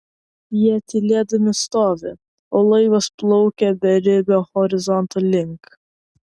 jie tylėdami stovi o laivas plaukia beribio horizonto link